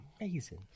amazing